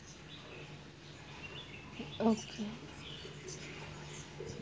okay